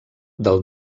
del